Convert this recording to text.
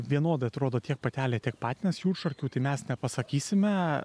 vienodai atrodo tiek patelė tiek patinas jūršarkių tai mes nepasakysime